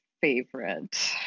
favorite